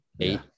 eight